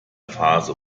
phase